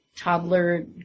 toddler